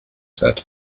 said